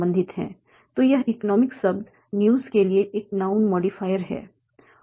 तो यह इकनोमिक शब्द न्यूज़ के लिए एक नाउन मॉडिफाइर है